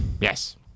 Yes